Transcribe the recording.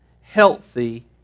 healthy